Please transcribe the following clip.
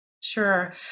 Sure